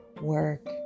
work